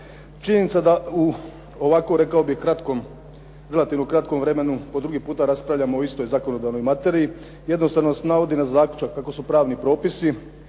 Činjenica da u ovako relativno kratkom vremenu po drugi puta raspravljamo o istoj zakonodavnoj materiji, jednostavno nas navodi na zaključak kako su pravni propisi